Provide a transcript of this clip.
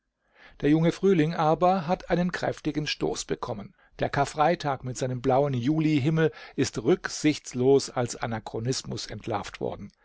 der junge frühling aber hat einen kräftigen stoß bekommen der karfreitag mit seinem blauen julihimmel ist rücksichtslos als anachronismus entlarvt worden